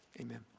Amen